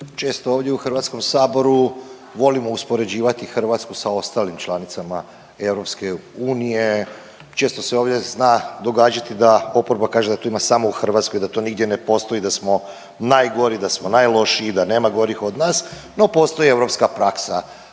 često ovdje u Hrvatskom saboru volimo uspoređivati Hrvatsku sa ostalim članicama EU, često se ovdje zna događati da oporba kaže da to ima samo u Hrvatskoj, da to nigdje ne postoji, da smo najgori, da smo najlošiji, da nema gorih od nas, no postoji europska praksa